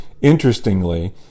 Interestingly